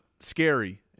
scary